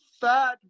third